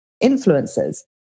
influences